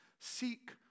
Seek